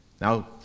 Now